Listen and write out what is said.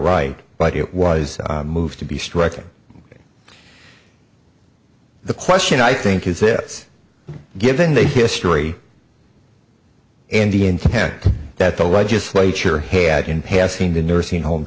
right but it was moved to be striking the question i think is this given the history indian content that the legislature had in passing the nursing home